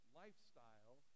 lifestyle